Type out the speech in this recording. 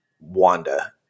Wanda